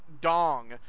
dong